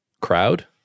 crowd